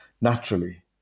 naturally